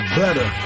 better